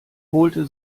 holte